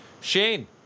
Shane